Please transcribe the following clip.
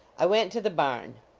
i went to the barn.